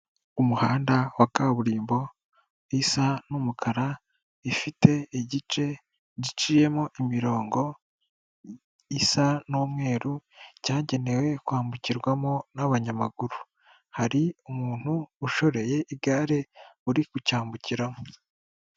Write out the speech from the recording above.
Umuhanda wa kaburimbo isa n'umukara ifite igice giciyemo imirongo isa n'umweru cyagenewe kwambukirwamo n'abanyamaguru, hari umuntu ushoreye igare uri kucyambukiramo.